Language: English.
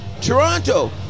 Toronto